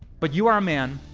but you are a man